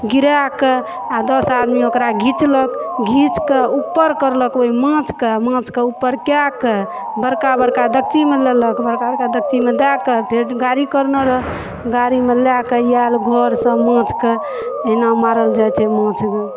गिराएकऽ आ दस आदमी ओकरा घिचलक घीचकऽ ऊपर करलक ओइ माछकऽ माछकऽ ऊपर कए कऽ बड़का बड़का डेकचीमे लेलक बड़का बड़का डेकचीमे दए कऽ फेर गाड़ी करने रहल गाड़ीमे लए कऽ याएल घर सब माछकऽ अहिना मारल जाइ छै माछ